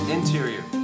Interior